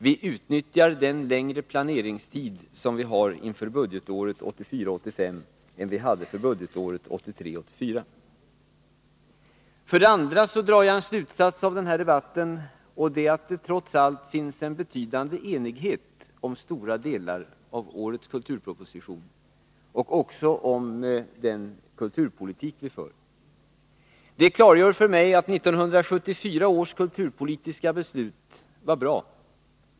Vi utnyttjar den längre planeringstid som vi har inför budgetåret 1984 84. För det andra drar jag en slutsats av den här debatten, nämligen att det trots allt finns en betydande enighet om stora delar av årets kulturproposition och också om den kulturpolitik vi för. Det klargör för mig att 1974 års kulturpolitiska beslut var bra.